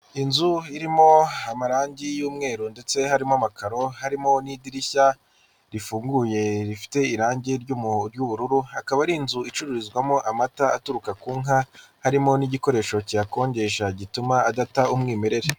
Inzu irimo amarangi y'umweru ndetse harimo amakaro, harimo n'idirishya rifunguye rifite irangi ry'ubururu, hakaba ari inzu icururizwamo amata aturuka ku nka, harimo n'igikoresho kiyakonjesha gituma adata umwimerere.